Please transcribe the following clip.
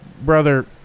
brother